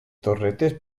torretes